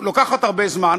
היא לוקחת הרבה זמן,